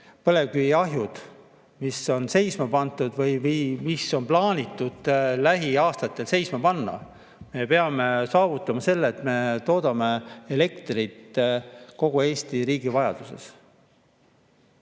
põlevkiviahjud, mis on seisma pandud või mis plaanitakse lähiaastatel seisma panna. Me peame saavutama selle, et me toodame elektrit kogu Eesti riigi vajaduste